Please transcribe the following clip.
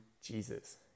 Jesus